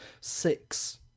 six